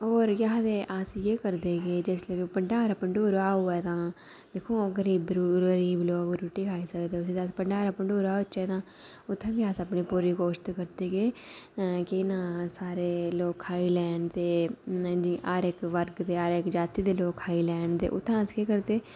होर केह् आखदे अस इ'यै करदे कि जिसलै भंडारा होऐ तां गरीब लोग रुट्टी खाई सकदे उत्थै अगर भंडारा होऐ तां उत्थै बी अस पूरी कोशिश करदे की के सारे लोक खाई लैन ते हर वर्ग दे हर जाति दे खाई लैंदे ते उत्थूं अस केह् करदे कि